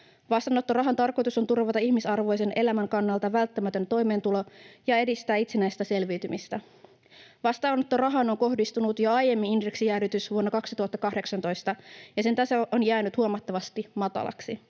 Vastaanottorahan tarkoitus on turvata ihmisarvoisen elämän kannalta välttämätön toimeentulo ja edistää itsenäistä selviytymistä. Vastaanottorahaan on kohdistunut jo aiemmin indeksijäädytys vuonna 2018, ja sen taso on jäänyt huomattavan matalaksi.